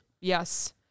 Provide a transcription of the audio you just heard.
Yes